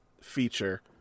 feature